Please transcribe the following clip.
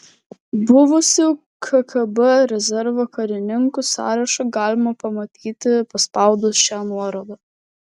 buvusių kgb rezervo karininkų sąrašą galima pamatyti paspaudus šią nuorodą